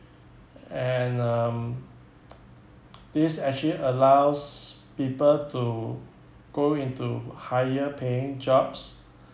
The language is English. and um this actually allows people to go into higher paying jobs